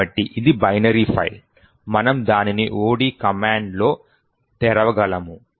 కాబట్టి ఇది binary file మనము దానిని od కమాండ్ తో తెరవగలము